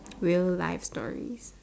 real life story